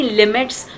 limits